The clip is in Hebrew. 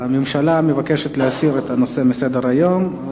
הממשלה מבקשת להסיר את הנושא מסדר-היום.